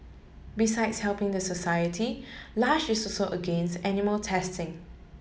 besides helping the society Lush is so against animal testing